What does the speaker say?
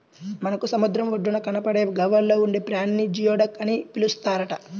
మనకు సముద్రం ఒడ్డున కనబడే గవ్వల్లో ఉండే ప్రాణిని జియోడక్ అని పిలుస్తారట